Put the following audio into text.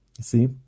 See